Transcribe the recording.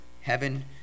Heaven